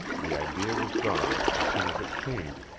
the idea was gone as soon as it came.